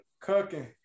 cooking